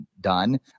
done